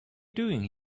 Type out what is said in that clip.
doing